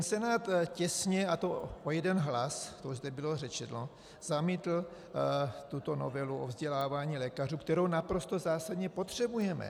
Senát těsně, a to o jeden hlas, to už zde bylo řečeno, zamítl tuto novelu o vzdělávání lékařů, kterou naprosto zásadně potřebujeme.